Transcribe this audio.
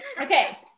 okay